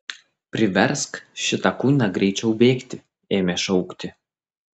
priversk šitą kuiną greičiau bėgti ėmė šaukti